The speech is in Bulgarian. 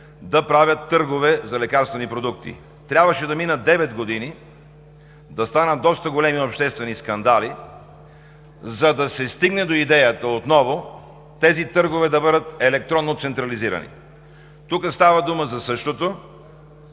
да правят търгове за лекарствени продукти. Трябваше да минат девет години, да станат доста големи обществени скандали, за да се стигне до идеята отново тези търгове да бъдат електронно централизирани. Тук става дума за същото.